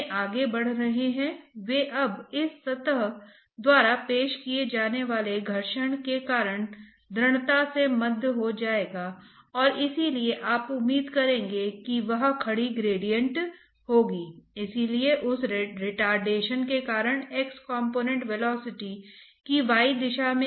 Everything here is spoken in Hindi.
तो यह अनिवार्य रूप से ये समीकरण हैं जो तापमान कंसंट्रेशन और वेलोसिटी के प्रोफाइल को करेंगे